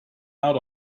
out